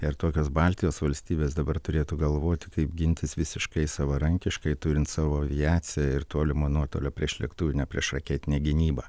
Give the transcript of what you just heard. ir tokios baltijos valstybės dabar turėtų galvoti kaip gintis visiškai savarankiškai turint savo aviaciją ir tolimo nuotolio priešlėktuvinę priešraketinę gynybą